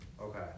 Okay